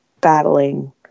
battling